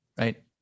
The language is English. right